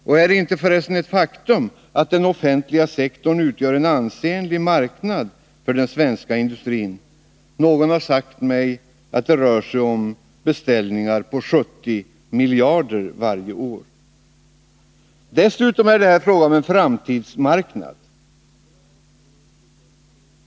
Och är det inte, förresten, ett faktum att den offentliga sektorn utgör en ansenlig marknad för den svenska industrin? Någon har sagt mig att det rör sig om beställningar på 70 miljarder varje år. Dessutom är det här fråga om en framtidsmarknad.